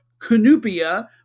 Canupia